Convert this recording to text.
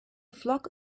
flock